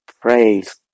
Praise